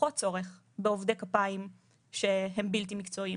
פחות צורך בעובדי כפיים שהם בלתי מקצועיים.